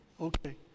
okay